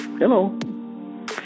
Hello